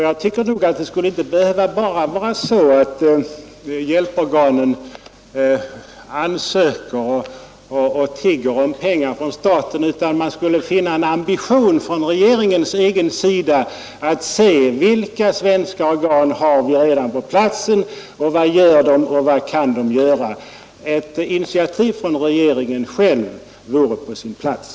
Jag tycker nog att hjälporganen inte alltid skall behöva ansöka om och nästan tigga om pengar från staten, utan det borde finnas en ambition hos regeringen att se efter vilka svenska organ vi redan har på platsen, vad de gör och vad de kan göra. Ett initiativ från regeringen själv vore på sin plats.